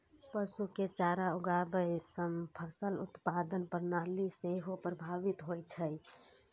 पशु के चारा उगाबै सं फसल उत्पादन प्रणाली सेहो प्रभावित होइ छै